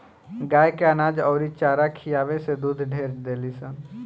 गाय के अनाज अउरी चारा खियावे से दूध ढेर देलीसन